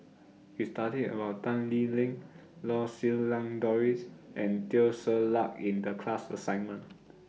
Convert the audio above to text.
We studied about Tan Lee Leng Lau Siew Lang Doris and Teo Ser Luck in The class assignment